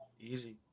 easy